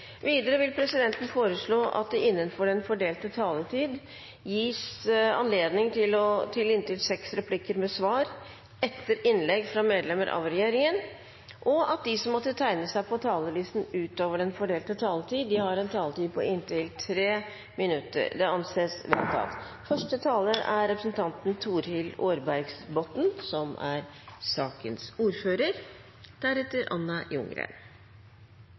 Videre vil presidenten foreslå at det – innenfor den fordelte taletid – blir gitt anledning til inntil seks replikker med svar etter innlegg fra medlemmer av regjeringen, og at de som måtte tegne seg på talerlisten utover den fordelte taletid, får en taletid på inntil 3 minutter. – Det anses vedtatt.